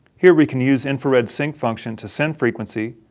here, we can use infrared sync function to send frequency,